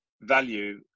value